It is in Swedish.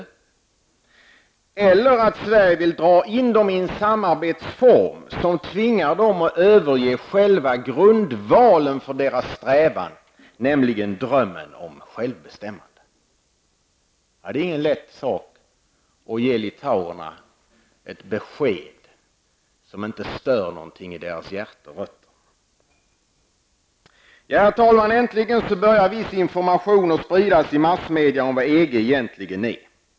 Eller skall jag säga att Sverige vill dra in dem i en samarbetsform som tvingar dem att överge själva grundvalen för deras strävan -- nämligen drömmen om självbestämmande? Det är ingen lätt sak att ge litauerna ett besked som inte stör någonting i deras hjärterötter. Herr talman! Äntligen börjar viss information att spridas i massmedia om vad EG egentligen är.